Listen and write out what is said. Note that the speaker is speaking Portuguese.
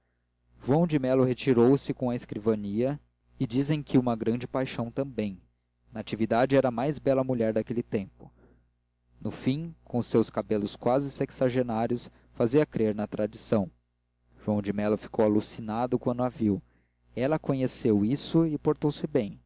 joão de melo retirou-se com a escrivania e dizem que uma grande paixão também natividade era a mais bela mulher daquele tempo no fim com os seus cabelos quase sexagenários fazia crer na tradição joão de melo ficou alucinado quando a viu ela conheceu isso e portou-se bem